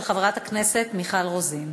של חברת הכנסת מיכל רוזין.